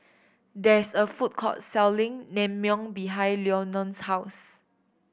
there is a food court selling Naengmyeon behind Lenon's house